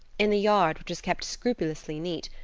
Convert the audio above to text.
in the yard, which was kept scrupulously neat,